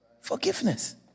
forgiveness